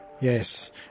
Yes